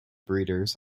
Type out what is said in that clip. breeders